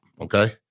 okay